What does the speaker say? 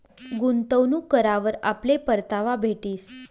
गुंतवणूक करावर आपले परतावा भेटीस